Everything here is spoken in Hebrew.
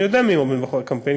אני יודע מי עומד מאחורי הקמפיין,